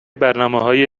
برنامههای